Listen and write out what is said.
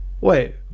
Wait